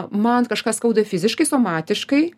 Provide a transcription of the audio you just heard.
man kažką skauda fiziškai somatiškai